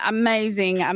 amazing